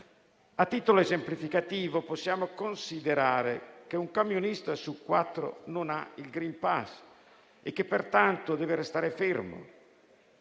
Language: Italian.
A titolo esemplificativo possiamo considerare che un camionista su quattro non ha il *green pass,* pertanto deve restare fermo